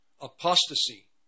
Apostasy